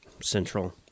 Central